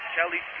Kelly